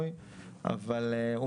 אלא אם חל שינוי.